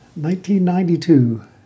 1992